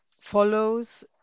follows